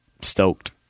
stoked